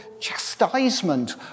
chastisement